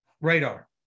radar